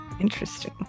Interesting